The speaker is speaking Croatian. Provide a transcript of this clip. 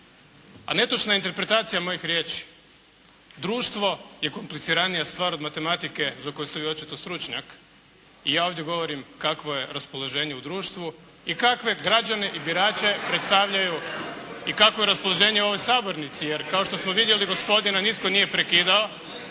A netočna interpretacija mojih riječi, društvo je kompliciranija stvar od matematike za koju ste vi očito stručnjak i ja ovdje govorim kakvo je raspoloženje u društvu i kakve građane i birače predstavljaju, i kakvo je raspoloženje u ovoj sabornici. Jer kao što smo vidjeli gospodina nitko nije prekidao